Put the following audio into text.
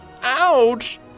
Ouch